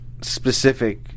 specific